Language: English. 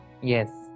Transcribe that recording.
Yes